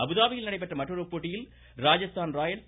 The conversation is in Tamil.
அபுதாபியில் நடைபெற்ற மற்றொரு போட்டியில் ராஜஸ்தான் ராயல்ஸ்